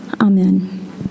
Amen